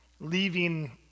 leaving